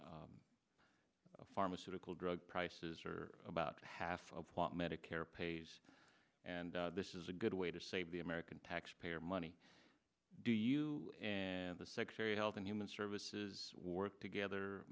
be a pharmaceutical drug prices are about half of what medicare pays and this is a good way to save the american taxpayer money do you and the secretary of health and human services work together